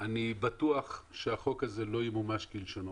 אני בטוח שהחוק הזה לא ימומש כלשונו.